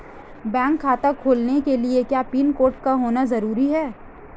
Bank खाता खोलने के लिए क्या पैन कार्ड का होना ज़रूरी है?